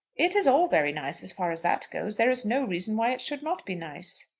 it is all very nice as far as that goes. there is no reason why it should not be nice.